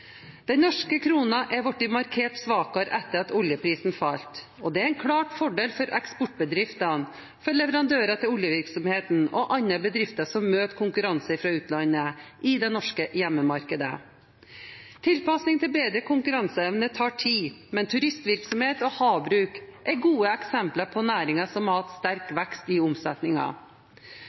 Den norske kronen er blitt markert svakere etter at oljeprisen falt. Det er en klar fordel for eksportbedrifter, for leverandører til oljevirksomheten og for andre bedrifter som møter konkurranse fra utlandet i det norske hjemmemarkedet. Tilpasning til bedret konkurranseevne tar tid, men turistvirksomhet og havbruk er gode eksempler på næringer som har hatt sterk vekst i